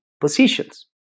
positions